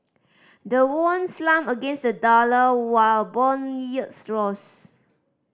the won slumped against the dollar while bond yields rose